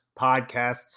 podcasts